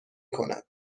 کند